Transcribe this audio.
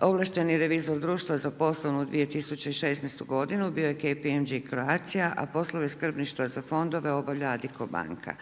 Ovlašteni revizor društva za poslovnu 2016. godinu bio je … Croatia, a poslove skrbništva za fondove obavlja Adico banka.